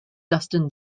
dustin